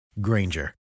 Granger